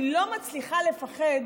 אני לא מצליחה לפחד